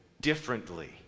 differently